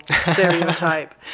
stereotype